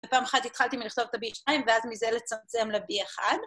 פעם אחת התחלתי מלכתוב את הבי 2 ואז מזה לצמצם לבי 1.